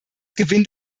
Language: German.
gewinnt